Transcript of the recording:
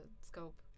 scope